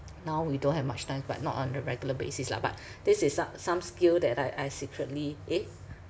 now we don't have much time but not on a regular basis lah but this is so~ some skill that I I secretly eh